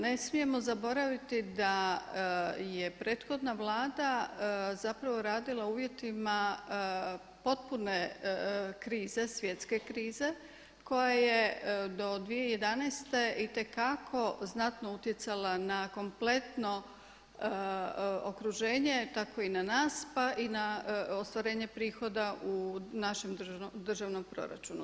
Ne smijemo zaboraviti da je prethodna Vlada zapravo radila u uvjetima potpune krize, svjetske krize koja je do 2011. itekako znatno utjecala na kompletno okruženje tako i na nas pa i na ostvarenje prihoda u našem državnom proračunu.